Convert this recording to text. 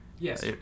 Yes